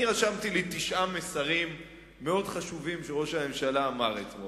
אני רשמתי לי תשעה מסרים מאוד חשובים שראש הממשלה אמר אתמול.